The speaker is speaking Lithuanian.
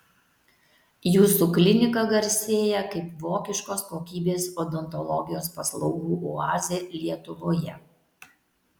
jūsų klinika garsėja kaip vokiškos kokybės odontologijos paslaugų oazė lietuvoje